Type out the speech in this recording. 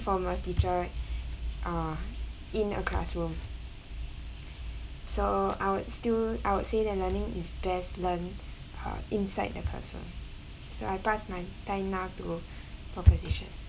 from a teacher ah in a classroom so I would still I would say that learning is best learnt uh inside the classroom so I pass my time now to proposition